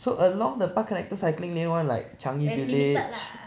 so along the park connector cycling lane all like Changi village